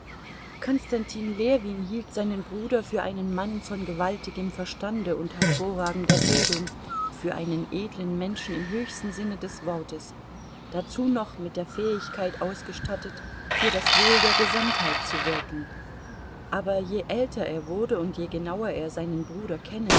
konstantin ljewin hielt seinen bruder für einen mann von gewaltigem verstande und hervorragender bildung für einen edlen menschen im höchsten sinne des wortes dazu noch mit der fähigkeit ausgestattet für das wohl der gesamtheit zu wirken aber je älter er wurde und je genauer er seinen bruder